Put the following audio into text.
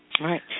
Right